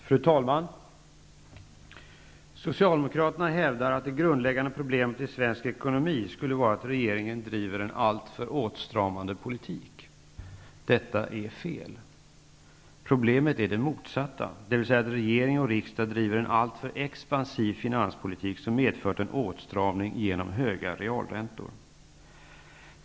Fru talman! Socialdemokraterna hävdar att det grundläggande problemet i svensk ekonomi skulle vara att regeringen driver en alltför åtstramande politik. Detta är fel. Problemet är det motsatta, dvs. att regering och riksdag driver en alltför expansiv finanspolitik, som medfört en åtstramning genom höga realräntor.